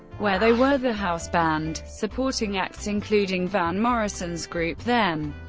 where they were the house band, supporting acts including van morrison's group them.